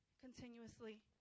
continuously